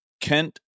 Kent